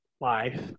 life